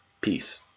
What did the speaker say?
Peace